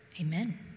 amen